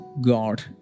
God